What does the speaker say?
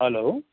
hello